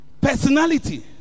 personality